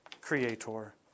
creator